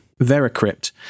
Veracrypt